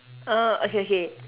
ah okay okay